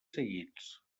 seguits